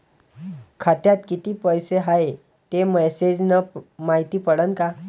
खात्यात किती पैसा हाय ते मेसेज न मायती पडन का?